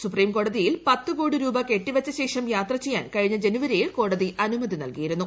supreme കോടതിയിൽ പത്ത്കോടി രൂപ കെട്ടിവച്ചശേഷം യാത്ര ചെയ്യാൻ കഴിഞ്ഞ ജനുവരിയിൽ കോടതി അനുമതി നൽകിയിരുന്നു